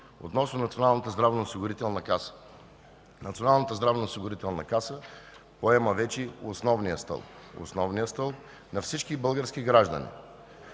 относно Националната здравноосигурителна каса. Националната здравноосигурителна каса поема вече основния стълб на всички български граждани.